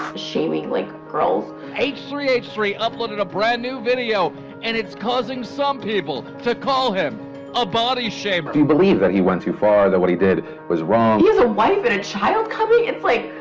shaming like girls h three h three uploaded a brand new video and it's causing some people to call him a body shamer do you believe that he went too far? that what he did was wrong? he has a wife and a child coming. it's like.